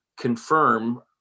confirm